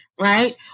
right